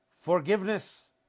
forgiveness